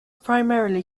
primarily